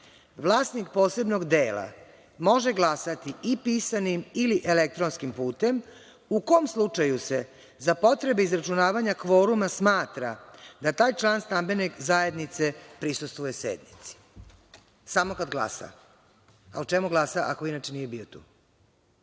vlasnik posebnog dela može glasati i pisanim ili elektronskim putem, u kom slučaju se za potrebe izračunavanja kvoruma smatra da taj član stambene zajednice prisustvuje sednici, samo kad glasa. A o čemu glasa ako inače nije bio